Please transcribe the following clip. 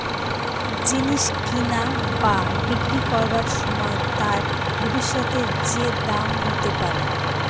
জিনিস কিনা বা বিক্রি করবার সময় তার ভবিষ্যতে যে দাম হতে পারে